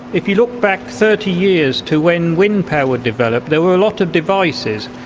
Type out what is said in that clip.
if you look back thirty years to when wind power developed, there were a lot of devices,